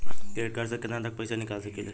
Credit card से केतना तक पइसा निकाल सकिले?